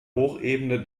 hochebene